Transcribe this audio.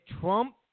Trump